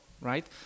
right